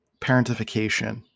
parentification